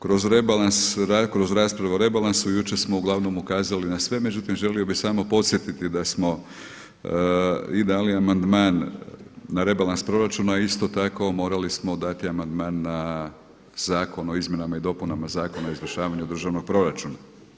Kroz rebalans, kroz raspravu o rebalansu jučer smo uglavnom ukazali na sve, međutim želio bi samo podsjetiti da smo i dali amandman na rebalans proračuna i isto tako morali smo dati amandman na Zakon o izmjenama i dopunama Zakona o izvršavanju državnog proračuna.